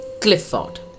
Clifford